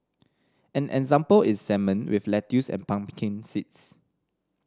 an example is salmon with lettuce and pumpkin seeds